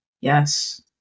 Yes